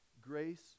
grace